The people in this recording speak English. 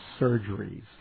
surgeries